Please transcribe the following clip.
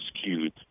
skewed